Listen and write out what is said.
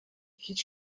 hiç